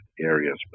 areas